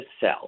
sell